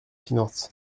finances